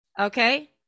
okay